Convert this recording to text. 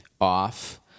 off